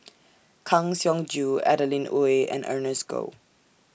Kang Siong Joo Adeline Ooi and Ernest Goh